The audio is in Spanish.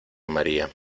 maría